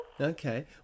Okay